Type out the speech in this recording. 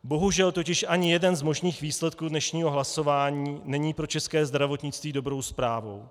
Bohužel totiž ani jeden z možných výsledků dnešního hlasování není pro české zdravotnictví dobrou zprávou.